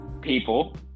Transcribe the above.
people